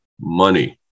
money